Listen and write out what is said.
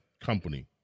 company